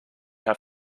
have